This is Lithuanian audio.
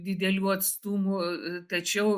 didelių atstumų tačiau